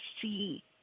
see